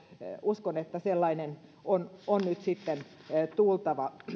uskon että sellainen on on nyt sitten tulossa on tultava